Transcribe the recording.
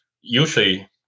Usually